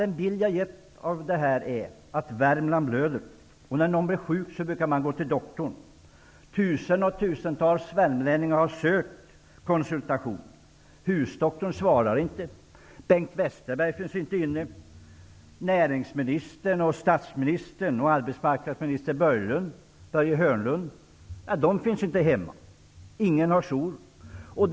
Den bild jag har gett är att Värmland blöder. När någon blir sjuk brukar man gå till doktorn. Tusen och åter tusen värmlänningar har sökt konsultation. Husdoktorn svarar inte. Bengt Westerberg finns inte inne. Näringsministern, statsministern och arbetsmarknadsminister Börje Hörnlund finns inte hemma. Ingen har jour.